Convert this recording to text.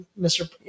Mr